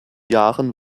jahren